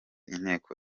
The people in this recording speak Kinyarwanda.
inteko